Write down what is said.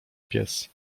pies